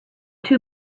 two